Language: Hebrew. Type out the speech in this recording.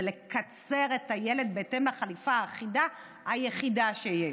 זה לקצר את הילד בהתאם לחליפה האחידה היחידה שיש.